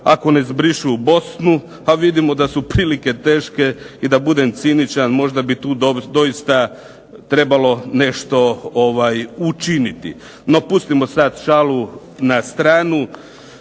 ako ne zbrišu u Bosnu. Pa vidimo da su prilike teške i da budem ciničan, možda bi tu doista trebalo nešto učiniti. No pustimo sad šalu na stranu.